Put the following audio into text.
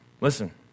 listen